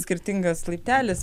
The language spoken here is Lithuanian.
skirtingas laiptelis